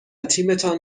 تیمتان